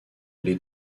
les